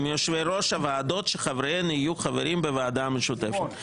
יושבי ראש הוועדות שחבריהן יהיו חברים בוועדה המשותפת.